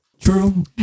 True